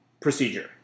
procedure